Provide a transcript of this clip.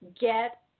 Get